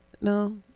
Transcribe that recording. No